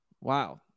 wow